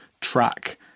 track